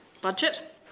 Budget